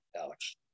Alex